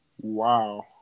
Wow